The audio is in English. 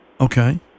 Okay